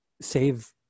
save